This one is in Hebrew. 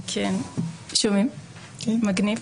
בבקשה.